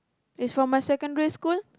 it's from my secondary school